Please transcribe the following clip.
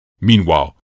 Meanwhile